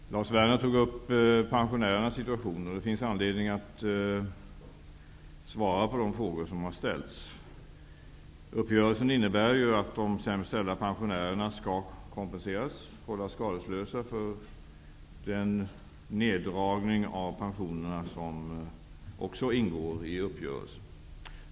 Herr talman! Lars Werner tog upp pensionärernas situation, och det finns anledning att svara på de frågor som har ställts. Uppgörelsen innebär ju bl.a. att de sämst ställda pensionärerna skall hållas skadeslösa för den neddragning av pensionerna som ingår i uppgörelsen.